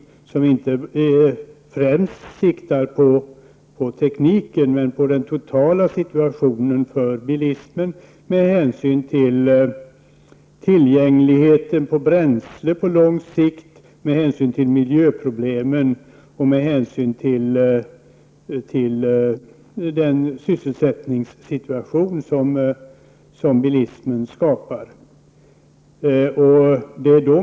Den siktar inte främst på tekniken utan på den totala situationen för bilismen med hänsyn till tillgängligheten till bränsle på lång sikt, miljöproblemen och den sysselsättningssituation som bilismen skapar.